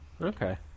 Okay